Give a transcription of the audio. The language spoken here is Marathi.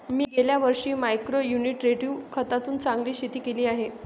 मी गेल्या वर्षी मायक्रो न्युट्रिट्रेटिव्ह खतातून चांगले शेती केली आहे